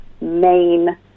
main